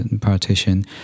partition